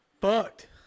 Fucked